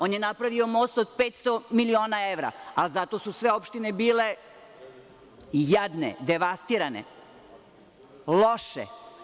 On je napravio most od 500 miliona evra, ali zato su sve opštine bile jadne, devastirane, loše.